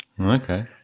Okay